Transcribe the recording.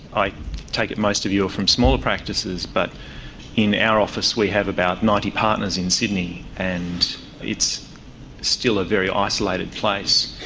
i take it most of you are from smaller practices, but in our office we have about ninety partners in sydney, and it's still a very isolated place.